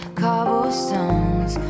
cobblestones